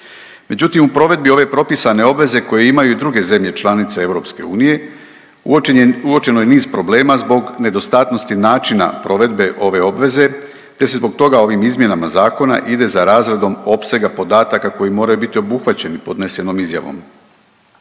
Međutim, u provedbi ove propisane obveze koje imaju i druge zemlje članice EU, uočeno je niz problema zbog nedostatnosti načina provedbe ove obveze te se zbog toga ovim izmjenama zakona ide za razredom opsegom podataka koji moraju biti obuhvaćeni podnesenom izmjenom.